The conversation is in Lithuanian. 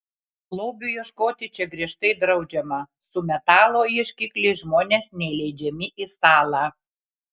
lobių ieškoti čia griežtai draudžiama su metalo ieškikliais žmonės neįleidžiami į salą